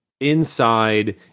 inside